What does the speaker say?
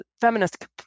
feminist